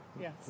Yes